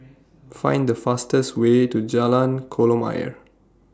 Find The fastest Way to Jalan Kolam Ayer